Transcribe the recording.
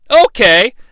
Okay